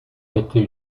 été